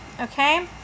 okay